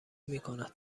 میکند